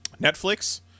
Netflix